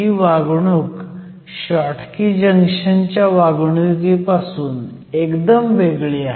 ही वागणूक शॉटकी जंक्शनच्या वागणुकीपासून एकदम वेगळी आहे